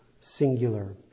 singular